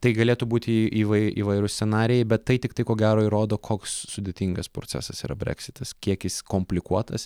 tai galėtų būti į įvai įvairūs scenarijai bet tai tiktai ko gero įrodo koks sudėtingas procesas yra breksitas kiek jis komplikuotas